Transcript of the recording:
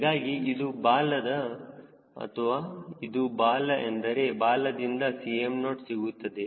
ಹೀಗಾಗಿ ಇದು ಬಾಲ ಆದರೆ ಬಾಲದಿಂದ Cm0 ಸಿಗುತ್ತದೆ